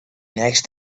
next